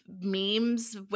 memes